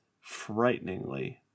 frighteningly